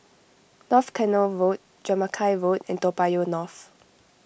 North Canal Road Jamaica Road and Toa Payoh North